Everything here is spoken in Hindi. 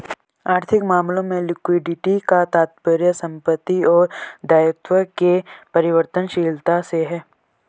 आर्थिक मामलों में लिक्विडिटी का तात्पर्य संपत्ति और दायित्व के परिवर्तनशीलता से है